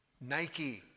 Nike